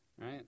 right